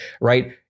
right